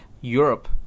europe